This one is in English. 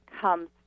comes